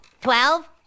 Twelve